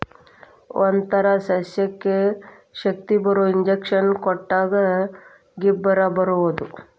ಒಂತರಾ ಸಸ್ಯಕ್ಕ ಶಕ್ತಿಬರು ಇಂಜೆಕ್ಷನ್ ಕೊಟ್ಟಂಗ ಗಿಬ್ಬರಾ ಕೊಡುದು